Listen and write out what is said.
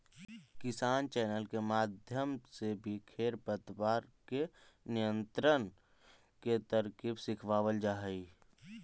किसान चैनल के माध्यम से भी खेर पतवार के नियंत्रण के तरकीब सिखावाल जा हई